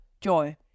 joy